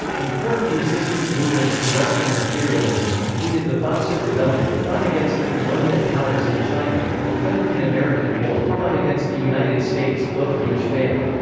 important resistance movements to western imperialism included the boxer rebellion, fought against the colonial powers in china, and the philippine-american war, fought against the united states, both of which failed.